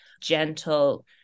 gentle